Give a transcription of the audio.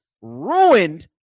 ruined